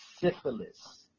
syphilis